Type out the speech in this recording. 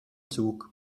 zug